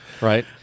Right